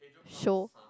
show